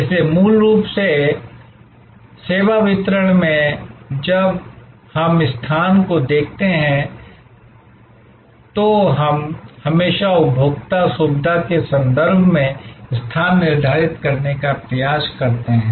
इसलिए मूल रूप से इसलिए सेवा वितरण में जब हम स्थान को देखते हैं तो हम हमेशा उपभोक्ता सुविधा के संदर्भ में स्थान निर्धारित करने का प्रयास करते हैं